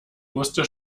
musste